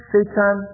Satan